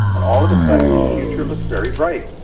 and all of a sudden his future looks very bright.